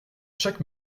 chaque